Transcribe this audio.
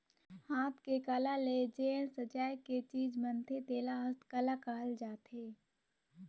हाथ के कला ले जेन सजाए के चीज बनथे तेला हस्तकला कहल जाथे